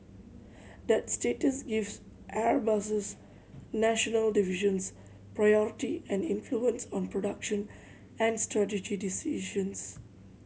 that status gives Airbus's national divisions priority and influence on production and strategy decisions